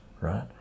right